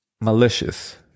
malicious